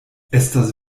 estas